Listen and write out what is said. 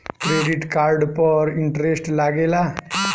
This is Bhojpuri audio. क्रेडिट कार्ड पर इंटरेस्ट लागेला?